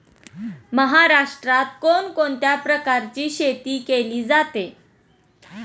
महाराष्ट्रात कोण कोणत्या प्रकारची शेती केली जाते?